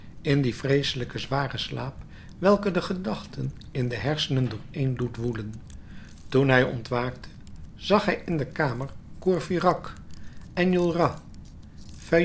in dien vreeselijken zwaren slaap welke de gedachten in de hersenen dooreen doet woelen toen hij ontwaakte zag hij in de kamer courfeyrac enjolras